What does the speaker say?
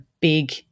big